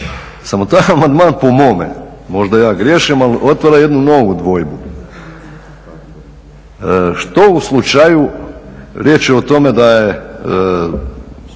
Samo taj amandman po mome, možda ja griješim, ali otvara jednu novu dvojbu. Što u slučaju, riječ je o tome da kad